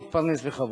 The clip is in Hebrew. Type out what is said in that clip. להתפרנס בכבוד.